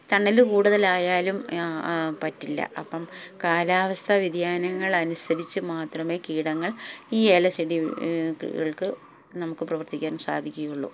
തണല് കൂടുതലായാലും പറ്റില്ല അപ്പം കാലാവസ്ഥ വ്യതിയാനങ്ങൾ അനുസരിച്ച് മാത്രമേ കീടങ്ങൾ ഈ ഏലച്ചെടികൾക്ക് നമുക്ക് പ്രവർത്തിക്കാൻ സാധിക്കുകയുള്ളൂ